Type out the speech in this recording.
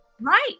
Right